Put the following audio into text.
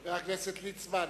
חבר הכנסת ליצמן,